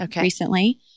recently